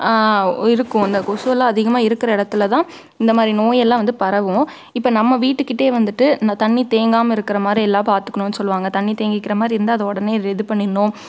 இருக்கும் இந்த கொசுவெலாம் அதிகமாக இருக்கிற இடத்துல தான் இந்த மாதிரி நோயெல்லாம் வந்து பரவும் இப்போ நம்ம வீட்டுக்கிட்டையே வந்துட்டு நான் தண்ணி தேங்காமல் இருக்கிற மாதிரி எல்லாம் பார்த்துக்குணுன்னு சொல்லுவாங்க தண்ணி தேங்கிருக்கிற மாதிரி இருந்தால் அதை உடனே இது பண்ணிடணும்